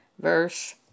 verse